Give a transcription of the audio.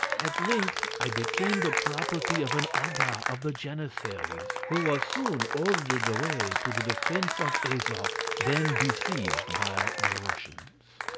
at length i became the property of an aga of the janissaries, who was soon ordered away to the defence of azof, then besieged by the russians.